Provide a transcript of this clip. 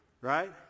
Right